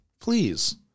Please